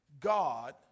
God